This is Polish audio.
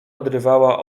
odrywała